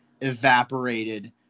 evaporated